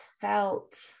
felt